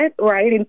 right